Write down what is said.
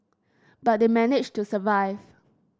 but they managed to survive